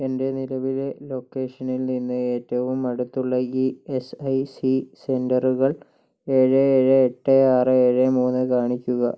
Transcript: എൻ്റെ നിലവിലെ ലൊക്കേഷനിൽ നിന്ന് ഏറ്റവും അടുത്തുള്ള ഇ എസ് ഐ സി സെൻ്ററുകൾ ഏഴ് ഏഴ് എട്ട് ആറ് ഏഴ് മൂന്ന് കാണിക്കുക